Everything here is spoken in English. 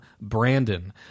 Brandon